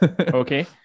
Okay